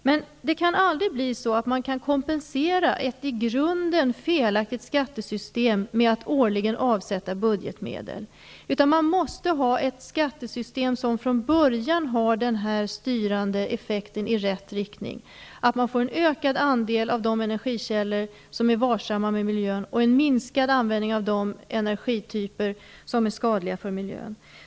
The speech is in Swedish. Men det kan aldrig bli så att man kan kompensera ett i grunden felaktigt skattesystem med att årligen avsätta budgetmedel. Man måste ha ett skattesystem som från början har den styrande effekten, i rätt riktning, så att vi får en ökad andel av sådana energislag som är varsamma för miljön och en minskning av användningen av de energityper som är skadliga för miljön.